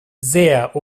sehr